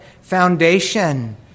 foundation